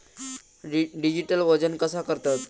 Digital वजन कसा करतत?